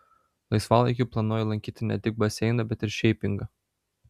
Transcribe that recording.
laisvalaikiu planuoju lankyti ne tik baseiną bet ir šeipingą